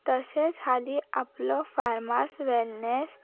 तशेंच हाली आपलो फार्मास व्हेलनेस